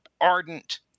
ardent